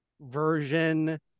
version